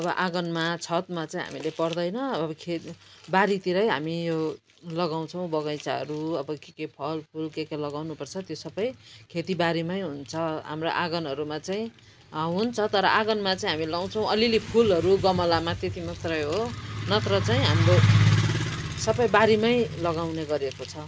अब आँगनमा छतमा चाहिँ हामीले पर्दैन अब खेतबारीतिरै हामी यो लगाउँछौँ बगैँचाहरू अब के के फलफुल के के लगाउनुपर्छ त्यो सबै खेतीबारीमै हुन्छ हाम्रो आँगनहरूमा चाहिँ हुन्छ तर आँगनमा चाहिँ हामी लगाउँछौँ अलिअलि फुलहरू गमलामा त्यति मात्रै हो नत्र चाहिँ हाम्रो सबै बारीमै लगाउने गरेको छ